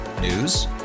News